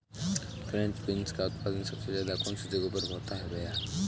French beans का उत्पादन सबसे ज़्यादा कौन से जगहों पर होता है भैया?